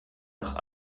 nach